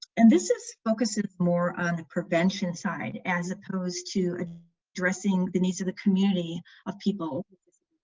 and this is focusing more on the prevention side as opposed to addressing the needs of the community of people.